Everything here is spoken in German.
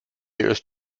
ist